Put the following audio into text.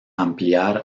ampliar